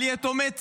על יתומי צה"ל?